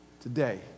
Today